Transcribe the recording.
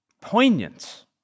poignant